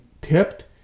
tipped